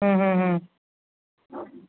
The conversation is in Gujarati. હમ્મ હમ્મ હમ્મ